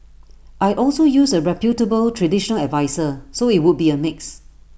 I'd also use A reputable traditional adviser so IT would be A mix